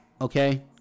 Okay